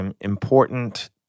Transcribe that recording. important